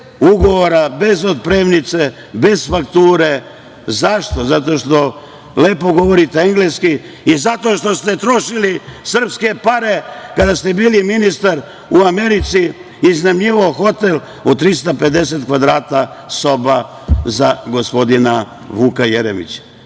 ugovora, bez otpremnice, bez fakture? Zašto? Zato što lepo govorite engleski i zato što ste trošili srpske pare kada ste bili ministar u Americi i iznajmljivao hotel od 350 kvadrata soba za gospodina Vuka Jeremića.